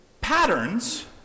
patterns